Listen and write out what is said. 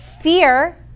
Fear